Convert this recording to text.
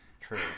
True